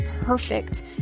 perfect